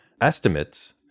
estimates